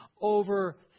Over